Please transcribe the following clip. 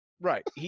Right